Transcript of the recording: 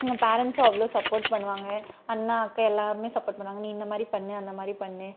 எங்கள் பேரண்ட்ஸும் அவ்வளோ சப்போர்ட் பண்ணுவாங்க அண்ணா அக்கா எல்லோருமே சப்போர்ட் பண்ணுவாங்க நீ இந்தமாதிரி பண்ணு அந்தமாதிரி பண்ணு